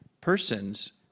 persons